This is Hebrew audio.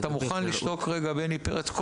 אתה מוכן לשתוק רגע, בני פרץ?